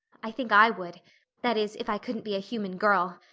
i think i would that is, if i couldn't be a human girl.